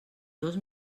dos